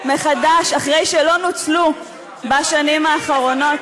חבר הכנסת אורן חזן.